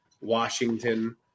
Washington